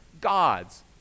God's